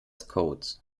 codes